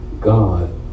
God